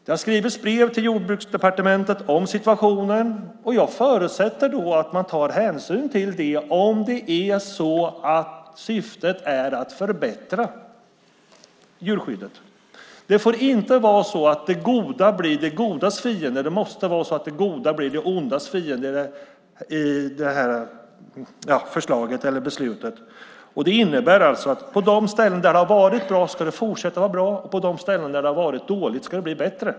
Det har skrivits brev till Jordbruksdepartementet om situationen. Jag förutsätter att man tar hänsyn till det, om syftet är att förbättra djurskyddet. Det får inte vara så att det goda blir det godas fiende. Det måste vara så att det goda blir det ondas fiende i det här förslaget eller beslutet. Det innebär alltså att det på de ställen där det har varit bra ska fortsätta att vara bra. På de ställen där det har varit dåligt ska det bli bättre.